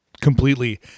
Completely